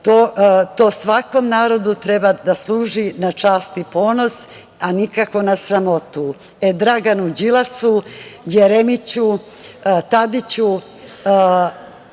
To svakom narodu treba da služi na čast i ponos, a nikako na sramotu. Dragan